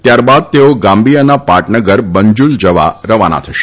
ત્યારબાદ તેઓ ગામ્બીયાના પાટનગર બંજુલ જવા રવાના થશે